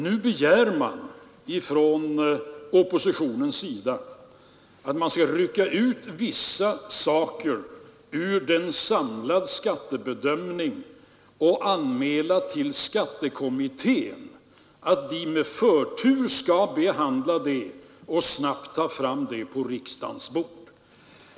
Nu begär oppositionen att man skall rycka ut vissa saker ur en samlad skattebedömning och anmäla dem till skattekommittén, som med förtur skulle behandla dessa delar så att de snabbt kommer på riksdagens bord.